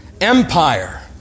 empire